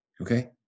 okay